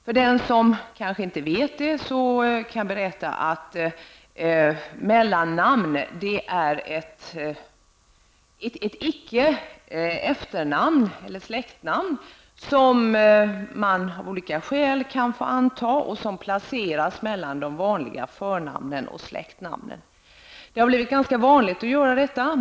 För den som kanske inte vet det kan jag berätta att mellannamnen är ett icke efternamn eller släktnamn som man av olika skäl kan få anta. Det placeras mellan de vanliga förnamnen och släktnamnet. Det har blivit ganska vanligt att göra detta.